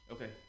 Okay